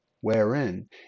wherein